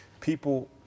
people